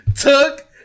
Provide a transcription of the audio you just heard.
Took